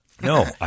No